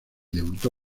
debutó